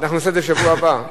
אנחנו נעשה את זה בשבוע הבא.